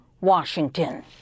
Washington